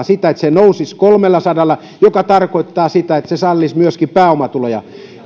sitä että se nousisi kolmellasadalla mikä tarkoittaa sitä että se sallisi myöskin pääomatuloja